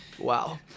Wow